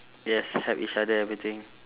yes help each other everything